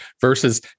versus